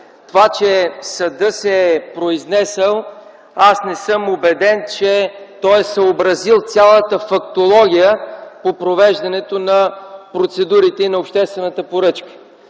Това, че съдът се е произнесъл – аз не съм убеден, че той е съобразил цялата фактология по провеждането на процедурите и на обществената поръчка.